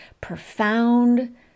profound